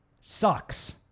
sucks